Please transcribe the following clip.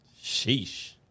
Sheesh